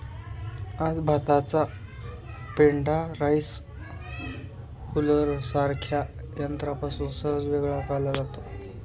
आज भाताचा पेंढा राईस हुलरसारख्या यंत्रापासून सहज वेगळा केला जातो